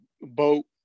boat